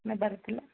ନେବାର ଥିଲା